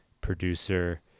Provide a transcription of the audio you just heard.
producer